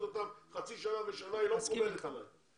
אותם חצי שנה ושנה והיא לא מקובלת עלי.